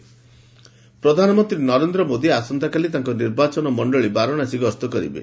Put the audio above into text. PM Varanasi ପ୍ରଧାନମନ୍ତ୍ରୀ ନରେନ୍ଦ୍ର ମୋଦୀ ଆସନ୍ତାକାଲି ତାଙ୍କ ନିର୍ବାଚନ ମଣ୍ଡଳୀ ବାରାଣସୀକୃ ଗସ୍ତ କରିବେ